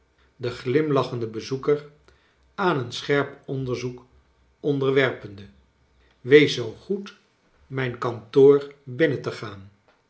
den glimlachenden bezoeker aan een scherp onderzoek onderwerpende wees zoo goed mijn kantoor binnen te gaan